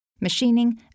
machining